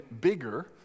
bigger